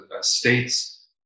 states